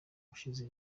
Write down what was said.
ushize